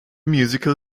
musical